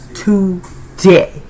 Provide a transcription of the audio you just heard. Today